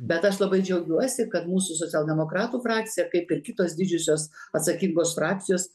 bet aš labai džiaugiuosi kad mūsų socialdemokratų frakcija kaip ir kitos didžiosios atsakingos frakcijos